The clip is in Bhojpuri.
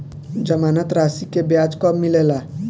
जमानद राशी के ब्याज कब मिले ला?